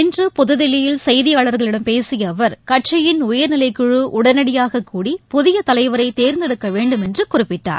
இன்று புதுதில்லியில் செய்தியாளர்களிடம் பேசியஅவர் கட்சியின் உயர்நிலை குழு உடனடியாக கூடி புதியதலைவரைதேர்ந்தெடுக்கவேண்டும் என்றுகுறிப்பிட்டார்